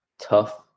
tough